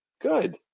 Good